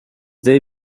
they